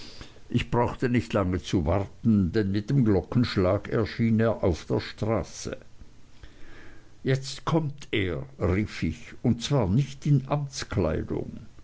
ich brauchte nicht lange zu warten denn mit dem glockenschlag erschien er auf der straße jetzt kommt er rief ich und zwar nicht in